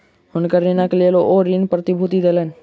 हुनकर ऋणक लेल ओ ऋण प्रतिभूति देलैन